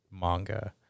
manga